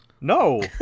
No